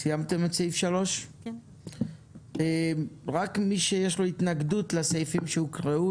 רק מי שיש לו התנגדות לסעיפים שהוקראו,